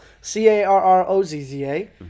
C-A-R-R-O-Z-Z-A